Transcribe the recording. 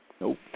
nope